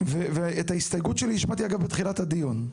זה ואת ההסתייגות שלי השמעתי, אגב, בתחילת הדיון.